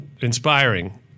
inspiring